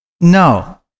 No